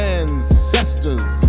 ancestors